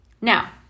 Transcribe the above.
Now